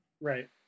Right